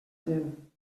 gent